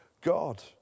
God